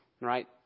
Right